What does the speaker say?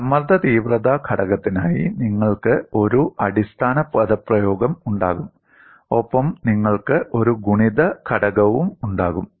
സമ്മർദ്ദ തീവ്രത ഘടകത്തിനായി നിങ്ങൾക്ക് ഒരു അടിസ്ഥാന പദപ്രയോഗം ഉണ്ടാകും ഒപ്പം നിങ്ങൾക്ക് ഒരു ഗുണിത ഘടകവുമുണ്ടാകും